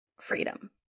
freedom